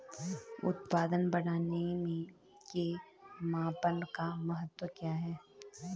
उत्पादन बढ़ाने के मापन का महत्व क्या है?